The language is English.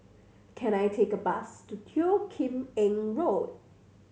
can I take a bus to Teo Kim Eng Road